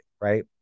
Right